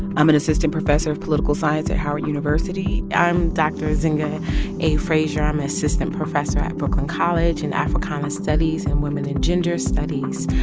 i'm an assistant professor of political science at howard university i'm dr. zinga a. fraser. i'm an assistant professor at brooklyn college in africana studies and women and gender studies.